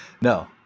No